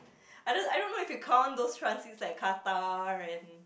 I don't I don't know if you count those transits like Qatar and